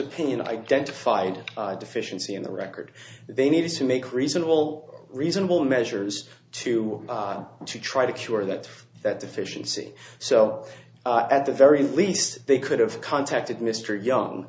opinion identified a deficiency in the record they needed to make reasonable reasonable measures to try to cure that that deficiency so at the very least they could have contacted mr young